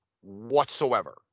whatsoever